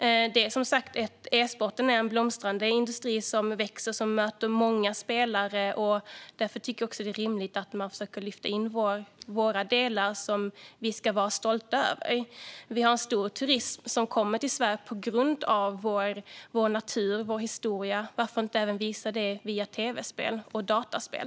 E-sporten är som sagt en blomstrande industri där många spelare möts, och därför är det rimligt att lyfta in de delar som vi är stolta över. Många turister kommer till Sverige tack vare vår natur och vår historia. Varför inte även visa detta genom tv och dataspel?